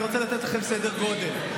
אני רוצה לתת לכם סדר גודל,